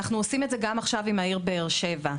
אנחנו עושים את זה עכשיו גם עם העיר באר שבע.